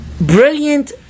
brilliant